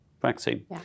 vaccine